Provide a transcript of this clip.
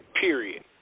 period